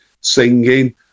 singing